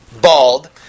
bald